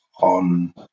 on